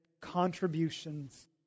contributions